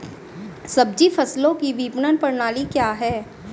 सब्जी फसलों की विपणन प्रणाली क्या है?